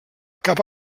cap